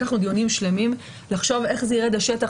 קיימנו דיונים שלמים כדי לחשוב איך זה ירד לשטח